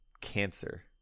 cancer